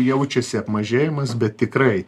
jaučiasi apmažėjimas bet tikrai